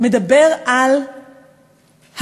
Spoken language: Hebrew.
מדבר על האשכולות.